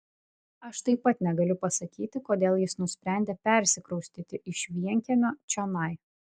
aš taip pat negaliu pasakyti kodėl jis nusprendė persikraustyti iš vienkiemio čionai